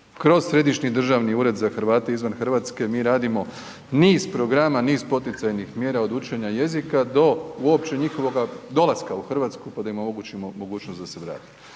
kroz Središnji državni ured za Hrvate izvan Hrvatske mi radimo niz programa, niz poticajnih mjera od učenja jezika do uopće njihovog dolaska u Hrvatsku pa da im omogućimo mogućnost da se vrate.